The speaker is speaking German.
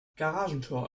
garagentor